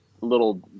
little